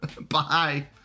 Bye